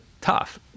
tough